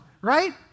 right